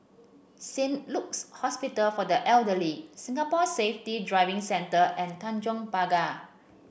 Saint Luke's Hospital for the Elderly Singapore Safety Driving Centre and Tanjong Pagar